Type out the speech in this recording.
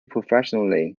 professionally